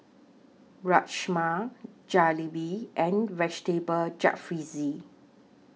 Rajma Jalebi and Vegetable Jalfrezi